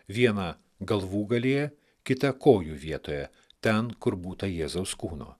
vieną galvūgalyje kitą kojų vietoje ten kur būta jėzaus kūno